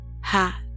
hat